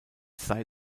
sei